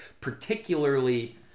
particularly